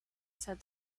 said